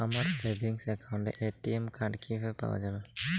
আমার সেভিংস অ্যাকাউন্টের ATM card কিভাবে পাওয়া যাবে?